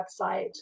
website